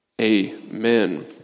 Amen